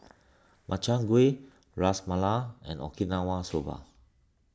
Makchang Gui Ras Malai and Okinawa Soba